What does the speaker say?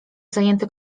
zajęty